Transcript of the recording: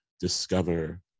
discover